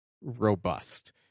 robust